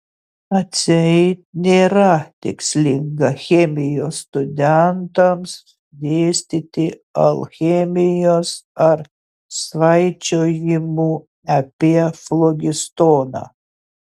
atseit nėra tikslinga chemijos studentams dėstyti alchemijos ar svaičiojimų apie flogistoną